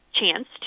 chance